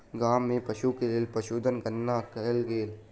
गाम में पशु के लेल पशुधन गणना कयल गेल